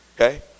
Okay